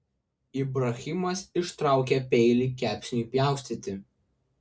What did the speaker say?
ibrahimas ištraukė peilį kepsniui pjaustyti